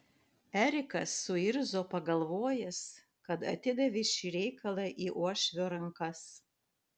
erikas suirzo pagalvojęs kad atidavė šį reikalą į uošvio rankas